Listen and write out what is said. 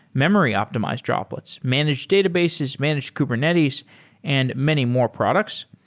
memory optimized droplets, managed databases, managed kubernetes and many more products.